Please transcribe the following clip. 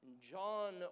John